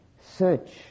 search